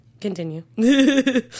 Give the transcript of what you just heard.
Continue